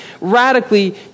radically